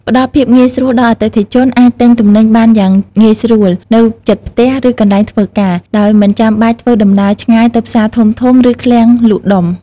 ផ្តល់ភាពងាយស្រួល ដល់អតិថិជនអាចទិញទំនិញបានយ៉ាងងាយស្រួលនៅជិតផ្ទះ ឬកន្លែងធ្វើការ ដោយមិនចាំបាច់ធ្វើដំណើរឆ្ងាយទៅផ្សារធំៗ ឬឃ្លាំងលក់ដុំ។